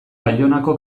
baionako